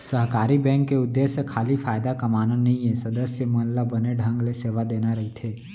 सहकारी बेंक के उद्देश्य खाली फायदा कमाना नइये, सदस्य मन ल बने ढंग ले सेवा देना रइथे